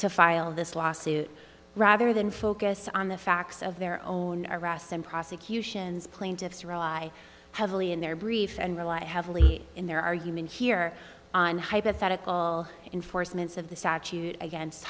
to file this lawsuit rather than focus on the facts of their own arrests and prosecutions plaintiffs rely heavily in their briefs and rely heavily in their argument here on hypothetical enforcements of the statute against